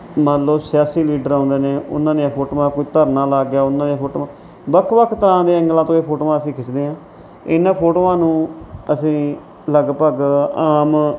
ਮੰਨ ਲਓ ਸਿਆਸੀ ਲੀਡਰ ਆਉਂਦੇ ਨੇ ਉਨ੍ਹਾਂ ਦੀਆਂ ਫੋਟੋਆਂ ਕੋਈ ਧਰਨਾ ਲੱਗ ਗਿਆ ਉਨ੍ਹਾਂ ਦੀਆਂ ਫੋਟੋਆਂ ਵੱਖ ਵੱਖ ਤਰ੍ਹਾਂ ਦੇ ਐਂਗਲਾਂ ਤੋਂ ਇਹ ਫੋਟੋਆਂ ਅਸੀਂ ਖਿੱਚਦੇ ਹਾਂ ਇਨ੍ਹਾਂ ਫੋਟੋਆਂ ਨੂੰ ਅਸੀਂ ਲਗਭਗ ਆਮ